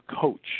coach